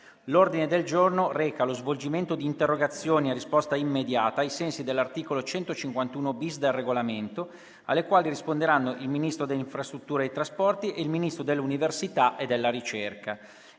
L'ordine del giorno reca lo svolgimento di interrogazioni a risposta immediata (cosiddetto *question time*), ai sensi dell'articolo 151-*bis* del Regolamento, alle quali risponderanno il Ministro delle infrastrutture e dei trasporti e il Ministro dell'università e della ricerca.